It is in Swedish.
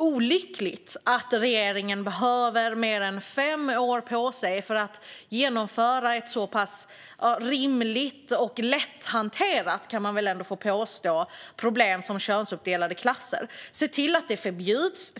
olyckligt att regeringen behöver mer än fem år på sig för att komma till rätta med ett så pass lätthanterat - det kan man väl ändå få påstå? - problem som detta med könsuppdelade klasser. Se till att det förbjuds!